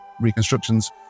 reconstructions